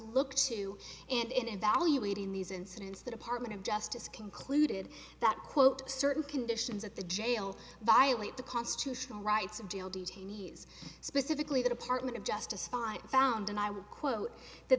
look to and in evaluating these incidents the department of justice concluded that quote certain conditions at the jail violate the constitutional rights of deal detainees specifically the department of justice fine found and i would quote th